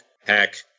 hack